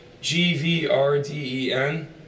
G-V-R-D-E-N